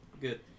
Good